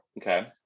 Okay